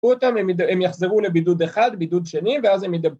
פו אותם, הם יחזרו לבידוד אחד, ‫בידוד שני, ואז הם ידב...